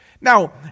Now